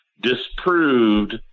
disproved